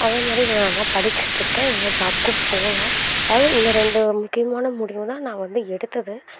அதேமாதிரி நான் படிச்சிட்டுருக்கேன் நல்லா ஜாப்க்கும் போவேன் அதாவது இந்த ரெண்டு முக்கியமான முடிவு தான் நான் வந்து எடுத்தது